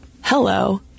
hello